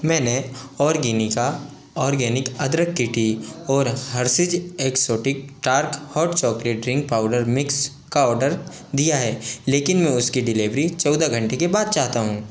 मैंने Organica organic अदरक की टी और Hershey's exotic dark hot chocolate drink powder mix का आर्डर दिया है लेकिन मैं उसकी डिलीवरी चौदह घंटे के बाद चाहता हूँ